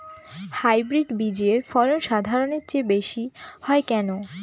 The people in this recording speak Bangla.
হাইব্রিড বীজের ফলন সাধারণের চেয়ে বেশী হয় কেনো?